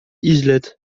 islettes